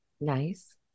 Nice